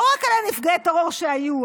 לא רק על נפגעי טרור שהיו,